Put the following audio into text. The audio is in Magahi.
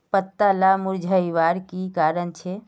पत्ताला मुरझ्वार की कारण छे?